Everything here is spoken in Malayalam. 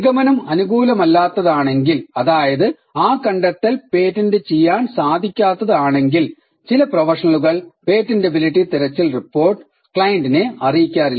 നിഗമനം അനുകൂലമല്ലാത്തതാണെങ്കിൽ അതായത് ആ കണ്ടെത്തൽ പേറ്റന്റ് ചെയ്യാൻ സാധിക്കാത്തത് ആണെങ്കിൽ ചില പ്രൊഫഷണലുകൾ പേറ്റന്റബിലിറ്റി തിരച്ചിൽ റിപ്പോർട്ട് ക്ലയന്റിനെ അറിയിക്കാറില്ല